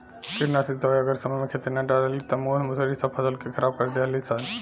कीटनाशक दवाई अगर समय से खेते में ना डलाइल त मूस मुसड़ी सब फसल के खराब कर दीहन सन